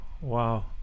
Wow